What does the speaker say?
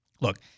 look